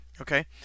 okay